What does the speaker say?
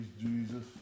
Jesus